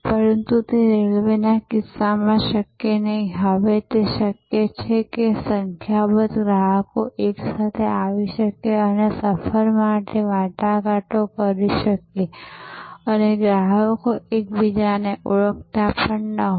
પરંતુ તે રેલ્વેના કિસ્સામાં શક્ય નહીં હવે શક્ય છે કે સંખ્યાબંધ ગ્રાહકો એકસાથે આવી શકે અને સફર માટે વાટાઘાટ કરી શકે અને આ ગ્રાહકો એકબીજાને ઓળખતા પણ ન હોય